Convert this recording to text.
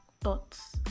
thoughts